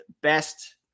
best